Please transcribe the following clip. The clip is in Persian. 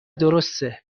درسته